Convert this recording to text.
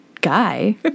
guy